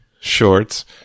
shorts